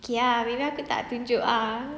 okay ah maybe aku tak tunjuk ah